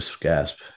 gasp